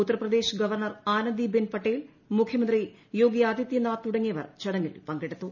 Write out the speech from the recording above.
Uttar Pradesh governor Anandi Ben Patel മുഖ്യമന്ത്രി യോഗി ആദിത്യനാഥ് തുടങ്ങിയവർ ചടങ്ങിൽ പങ്കെടുത്തു